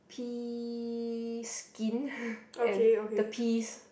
Pea skin and the peas